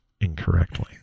incorrectly